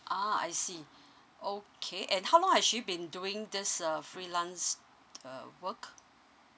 ah I see okay and how long has she been doing this uh freelance uh work